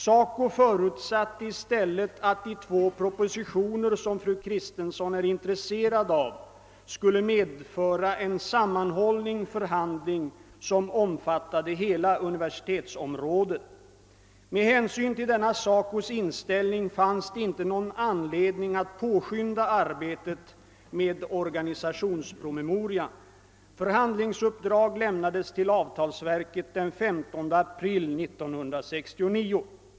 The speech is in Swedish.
SACO förutsatte i stället att de två propositioner som fru Kristensson är intresserad av skulle medföra en sammanhållen förhandling som omfattade hela universitetsområdet. Med hänsyn till denna SACO:s inställning fanns det inte någon anledning att påskynda arbetet med organisationspromemorian. Förhandlingsuppdrag lämnades till avtalsverket den 15 april 1969.